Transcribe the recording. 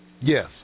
Yes